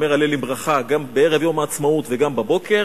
אומר הלל עם ברכה גם בערב יום העצמאות וגם בבוקר,